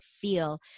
feel